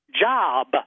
job